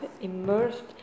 immersed